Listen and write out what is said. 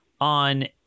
on